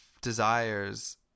desires